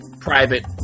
private